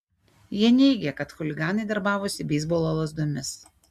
jie neigė kad chuliganai darbavosi beisbolo lazdomis